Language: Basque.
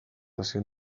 azken